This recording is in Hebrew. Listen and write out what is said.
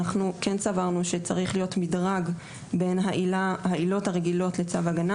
אנחנו כן סברנו שצריך להיות מדרג בין העילות הרגילות לצו הגנה